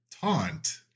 taunt